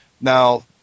Now